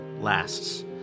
lasts